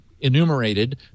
enumerated